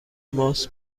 ماوس